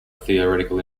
theoretical